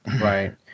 Right